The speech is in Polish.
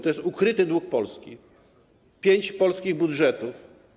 To jest ukryty dług Polski - pięć polskich budżetów.